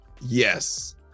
yes